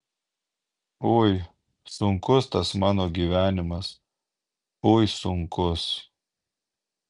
ui sunkus tas mano gyvenimas ui sunkus